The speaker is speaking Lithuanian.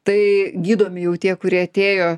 tai gydomi jau tie kurie atėjo